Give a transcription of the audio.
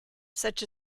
such